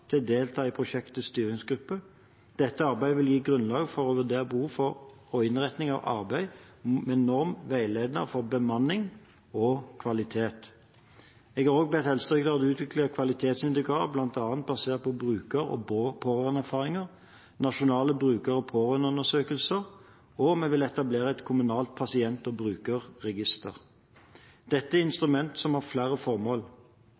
til å delta i prosjektets styringsgruppe. Dette arbeidet vil gi grunnlag for å vurdere behov for og innretning av arbeidet med en norm/veileder for bemanning og kvalitet. Jeg har også bedt Helsedirektoratet om å utvikle kvalitetsindikatorer bl.a. basert på bruker- og pårørendeerfaringer og nasjonale bruker- og pårørendeundersøkelser, og vi vil etablere et kommunalt pasient- og brukerregister. Dette er instrumenter som har flere formål.